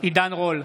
עידן רול,